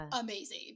amazing